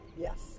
Yes